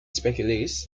speculates